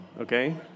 okay